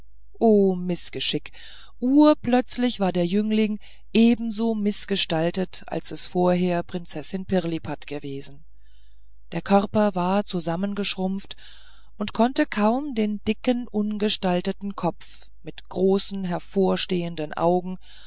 mißgeschick urplötzlich war der jüngling ebenso mißgestaltet als es vorher prinzessin pirlipat gewesen der körper war zusammengeschrumpft und konnte kaum den dicken ungestalteten kopf mit großen hervorstechenden augen